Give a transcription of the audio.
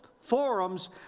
forums